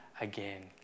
again